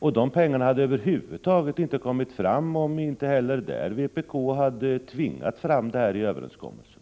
Dessa pengar hade över huvud taget inte kommit fram om inte vpk även i det här fallet hade tvingat fram dem i överenskommelsen.